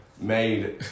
made